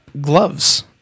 gloves